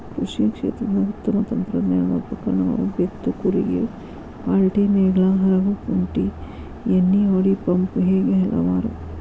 ಕೃಷಿ ಕ್ಷೇತ್ರದ ಉತ್ತಮ ತಂತ್ರಜ್ಞಾನದ ಉಪಕರಣಗಳು ಬೇತ್ತು ಕೂರಿಗೆ ಪಾಲ್ಟಿನೇಗ್ಲಾ ಹರಗು ಕುಂಟಿ ಎಣ್ಣಿಹೊಡಿ ಪಂಪು ಹೇಗೆ ಹಲವಾರು